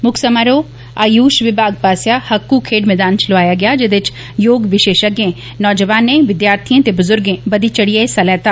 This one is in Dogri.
मुक्ख समारोह आयुष विभाग पास्सेआ हक्कू खेड्ड मैदान च लोआया गेआ जेदे च योग विशेषज्ञे नौजवानें विद्यार्थिए ते बुजुर्गे बधी चढ़ियै हिस्सा लैता